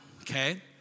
okay